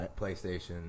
PlayStation